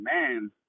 man